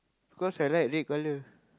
because I like red colour